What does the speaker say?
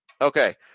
okay